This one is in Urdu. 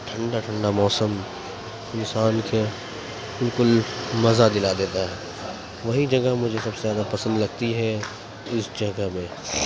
ٹھنڈا ٹھنڈا موسم انسان کے بالکل مزہ دلا دیتا ہے وہی جگہ مجھے سب سے زیادہ پسند لگتی ہے اس جگہ میں